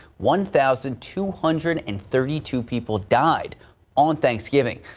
one thousand two hundred and thirty two people died on thanksgiving.